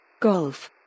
Golf